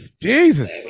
Jesus